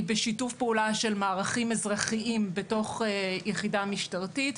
בשיתוף פעולה של מערכים אזרחיים בתוך יחידה משטרתית,